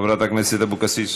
חברת הכנסת אבקסיס,